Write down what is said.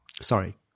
Sorry